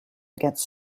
against